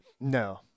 No